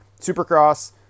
Supercross